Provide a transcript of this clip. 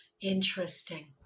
Interesting